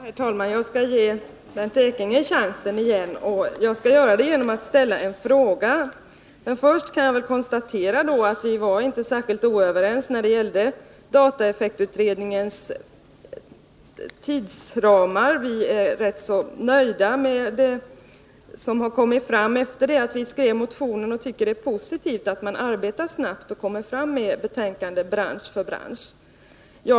Herr talman! Jag skall ge Bernt Ekinge chansen igen, och jag skall göra det genom att ställa en fråga. Men först vill jag konstatera att vi inte var särskilt oense när det gällde dataeffektutredningens tidsramar. Vi är ganska nöjda med det som kommit fram efter det att vi skrev motionen, och vi tycker det är positivt att man arbetar snabbt och lägger fram betänkanden bransch för bransch.